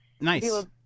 nice